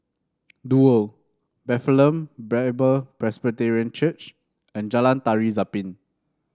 Duo Bethlehem Bible Presbyterian Church and Jalan Tari Zapin